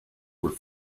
were